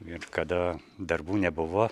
ir kada darbų nebuvo